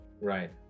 Right